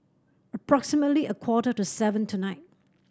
approximately a quarter to seven tonight